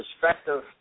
perspective